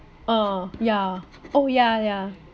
ah yeah oh yeah yeah